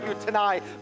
tonight